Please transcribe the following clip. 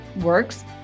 works